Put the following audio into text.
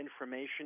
information